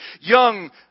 young